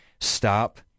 Stop